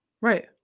Right